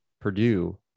Purdue